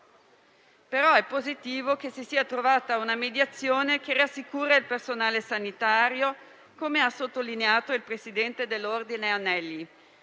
ma è positivo che si sia trovata una mediazione che rassicura il personale sanitario, come ha sottolineato il presidente dell'ordine